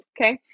Okay